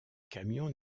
camion